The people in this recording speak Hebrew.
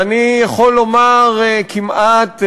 ואני יכול לומר כמעט,